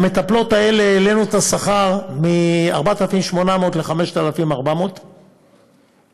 למטפלות האלה העלינו את השכר מ-4,800 ל-5,400 ש"ח,